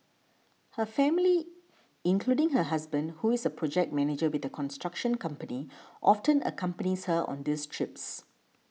her family including her husband who is a project manager with a construction company often accompanies her on these trips